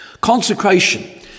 Consecration